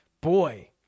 Boy